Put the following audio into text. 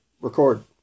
record